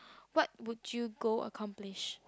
what would you go accomplish